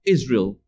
Israel